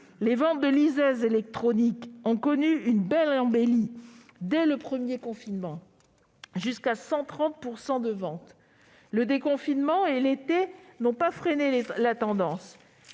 les ventes de liseuses électroniques ont connu une belle embellie, dès le premier confinement, avec jusqu'à 130 % de ventes supplémentaires. Le déconfinement et l'été n'ont pas freiné la tendance.